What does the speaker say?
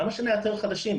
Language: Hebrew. למה שנאתר חדשים?